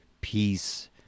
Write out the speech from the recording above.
peace